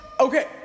Okay